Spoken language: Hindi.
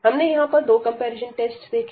हमने यहां पर दो कंपैरिजन टेस्ट देखें